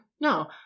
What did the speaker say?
No